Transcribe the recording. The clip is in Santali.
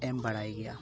ᱮᱢ ᱵᱟᱲᱟᱭ ᱜᱮᱭᱟ